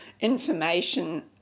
information